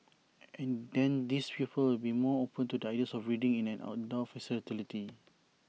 and then these people will be more open to the ideas of breeding in an indoor facility